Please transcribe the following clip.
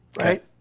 right